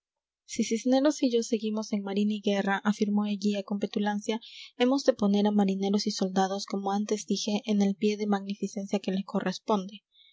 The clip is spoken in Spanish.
si cisneros y yo seguimos en marina y guerra afirmó eguía con petulancia hemos de poner a marineros y soldados como antes dije en el pie de magnificencia que les corresponde